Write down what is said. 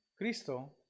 Cristo